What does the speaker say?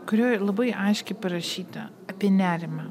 kurioj labai aiškiai parašyta apie nerimą